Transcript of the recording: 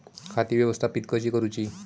खाती व्यवस्थापित कशी करूची?